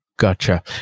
Gotcha